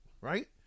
Right